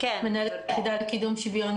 מנהלת היחידה לקידום שוויון מגדרי.